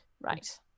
Right